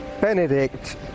Benedict